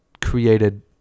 created